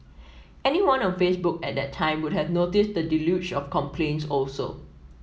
anyone on Facebook at that time would have noticed the deluge of complaints also